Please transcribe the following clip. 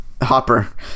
Hopper